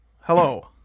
hello